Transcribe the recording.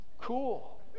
Cool